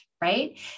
right